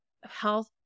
health